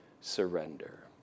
surrender